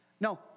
No